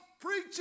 preaching